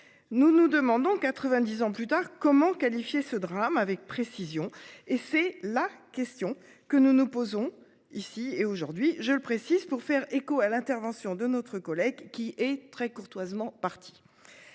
Nous, nous demandons 90 ans plus tard. Comment qualifier ce drame avec précision et c'est la question que nous nous posons ici et aujourd'hui, je le précise pour faire écho à l'intervention de notre collègue qui est très courtoisement partie.